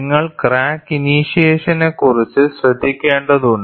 നിങ്ങൾ ക്രാക്ക് ഇനീഷ്യേഷനെക്കുറിച്ചും ശ്രദ്ധിക്കേണ്ടതുണ്ട്